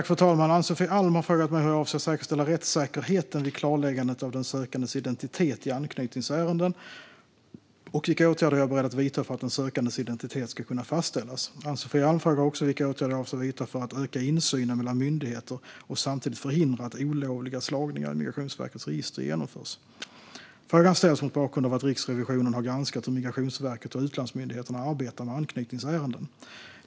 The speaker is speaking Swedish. Fru talman! Ann-Sofie Alm har frågat mig hur jag avser att säkerställa rättssäkerheten vid klarläggandet av den sökandes identitet i anknytningsärenden och vilka åtgärder jag är beredd att vidta för att den sökandes identitet ska kunna fastställas. Ann-Sofie Alm frågar också vilka åtgärder jag avser att vidta för att öka insynen mellan myndigheter och samtidigt förhindra att olovliga slagningar i Migrationsverkets register genomförs. Frågan ställs mot bakgrund av att Riksrevisionen har granskat hur Migrationsverket och utlandsmyndigheterna arbetar med anknytningsärenden.